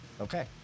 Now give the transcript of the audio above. Okay